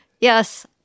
Yes